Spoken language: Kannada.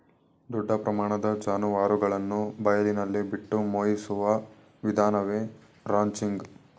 ದೊಡ್ಡ ಪ್ರಮಾಣದ ಜಾನುವಾರುಗಳನ್ನು ಬಯಲಿನಲ್ಲಿ ಬಿಟ್ಟು ಮೇಯಿಸುವ ವಿಧಾನವೇ ರಾಂಚಿಂಗ್